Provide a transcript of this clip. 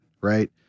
right